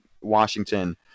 Washington